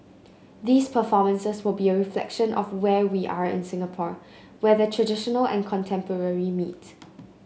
these performances will be a reflection of where we are in Singapore where the traditional and contemporary meet